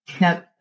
Now